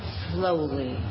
slowly